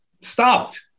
stopped